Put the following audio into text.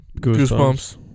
Goosebumps